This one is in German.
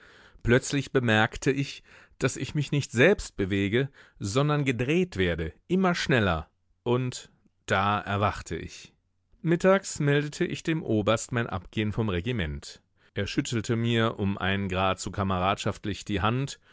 plötzlich bemerkte ich daß ich mich nicht selbst bewege sondern gedreht werde immer schneller und da erwachte ich mittags meldete ich dem oberst mein abgehen vom regiment er schüttelte mir um einen grad zu kameradschaftlich die hand